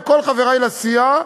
וכל חברי לסיעה,